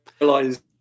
realize